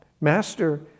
Master